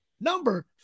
number